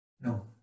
No